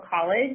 College